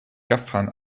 gaffern